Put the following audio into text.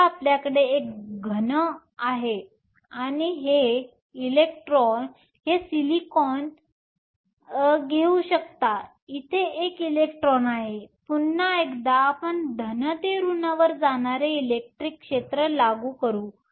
आताआपल्याकडे एक घन आहे आपण हे सिलिकॉन हे घेऊ शकता इथे एक इलेक्ट्रॉन आहे पुन्हा एकदा आपण धन ते ऋण वर जाणारे इलेक्ट्रिक क्षेत्र लागू करु